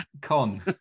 Con